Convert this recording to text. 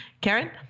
Karen